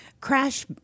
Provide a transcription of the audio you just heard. crash